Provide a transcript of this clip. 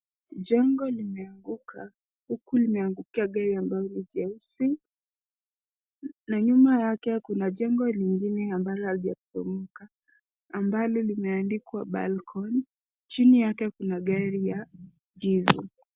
Jengo limenguka, huku limeangukia gari ambayo ni jeusi na nyuma yake kuna jengo lingine ambalo halijaporomoka ambalo limeandikwa Balcon, chini yake kuna gari ya jivu.